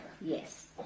Yes